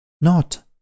Not